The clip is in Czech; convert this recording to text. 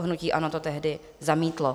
Hnutí ANO to tehdy zamítlo.